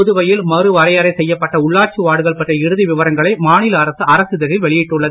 புதுவையில் மறுவரையறை செய்யப்பட்ட உள்ளாட்சி வார்டுகள் பற்றிய இறுதி விவரங்களை மாநில அரசு அரசிதழில் வெளியிட்டுள்ளது